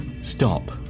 Stop